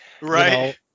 Right